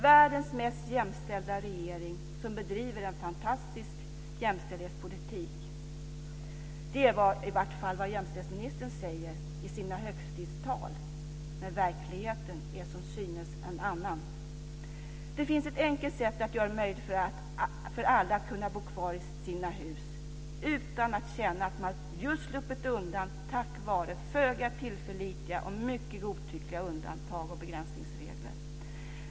Världens mest jämställda regering, som bedriver en fantastisk jämställdhetspolitik - det är i vart fall vad jämställdhetsministern säger i sina högtidstal. Men verkligheten är som synes en annan. Det finns ett enkelt sätt att göra det möjligt för alla att kunna bo kvar i sina hus utan att känna att man just sluppit undan tack vare föga tillförlitliga och mycket godtyckliga undantag och begränsningsregler.